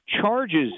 charges